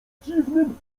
dziwnym